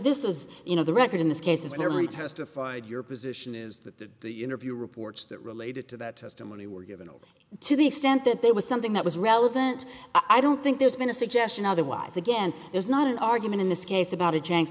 this is you know the record in this case is merely testified your position is that the interview reports that related to that testimony were given to the extent that there was something that was relevant i don't think there's been a suggestion otherwise again there's not an argument in this case about a j